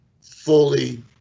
fully